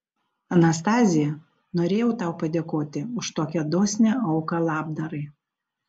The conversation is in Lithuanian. anastazija norėjau tau padėkoti už tokią dosnią auką labdarai